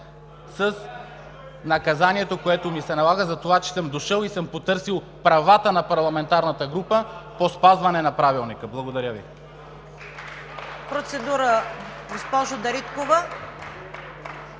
с наказанието, което ми се налага, за това, че съм дошъл и съм потърсил правата на парламентарната група по спазване на Правилника. Благодаря Ви.